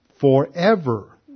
forever